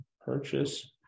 purchase